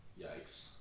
Yikes